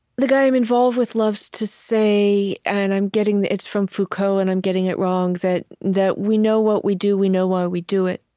the guy i'm involved with loves to say, and i'm getting it's from foucault, and i'm getting it wrong, that that we know what we do, we know why we do it,